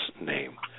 name